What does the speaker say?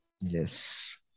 Yes